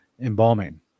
embalming